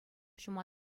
ҫума